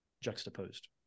juxtaposed